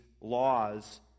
laws